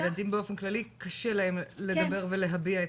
ילדים באופן כללי קשה להם לדבר ולהביע.